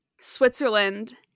Switzerland